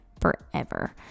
forever